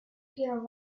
peter